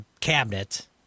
cabinet